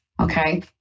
Okay